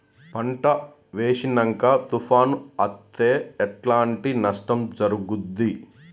పంట వేసినంక తుఫాను అత్తే ఎట్లాంటి నష్టం జరుగుద్ది?